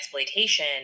exploitation